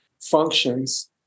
functions